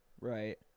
Right